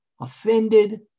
offended